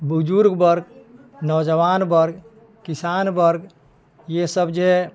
बुजुर्ग वर्ग नौजवान वर्ग किसान वर्ग ईसभ जे